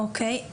אוקיי,